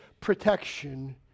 protection